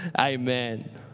Amen